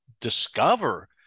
discover